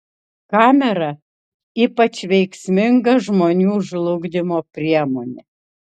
kamera ypač veiksminga žmonių žlugdymo priemonė